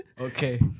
okay